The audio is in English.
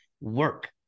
work